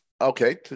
Okay